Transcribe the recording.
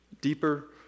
Deeper